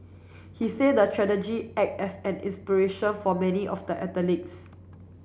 he say the act as an inspiration for many of the athletes